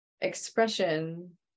expression